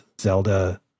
Zelda